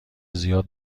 زیاد